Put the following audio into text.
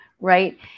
right